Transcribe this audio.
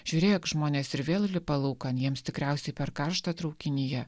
žiūrėk žmonės ir vėl lipa laukan jiems tikriausiai per karšta traukinyje